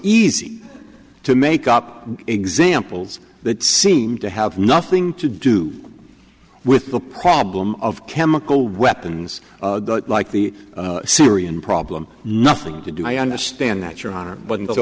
easy to make up examples that seem to have nothing to do with the problem of chemical weapons like the syrian problem nothing to do i understand that your honor but